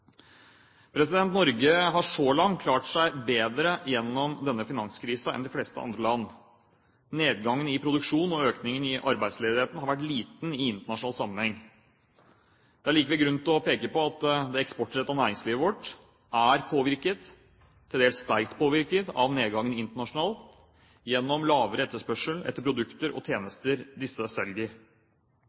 Norge har så langt klart seg bedre gjennom denne finanskrisen enn de fleste andre land. Nedgangen i produksjonen og økningen i arbeidsledigheten har vært liten i internasjonal sammenheng. Det er likevel grunn til å peke på at det eksportrettede næringslivet vårt er påvirket – til dels sterkt påvirket – av nedgangen internasjonalt, gjennom lavere etterspørsel etter produkter og tjenester de selger.